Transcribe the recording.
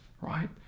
right